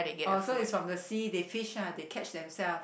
oh so is from the sea they fish ah they catch themselves